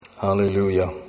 Hallelujah